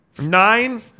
Nine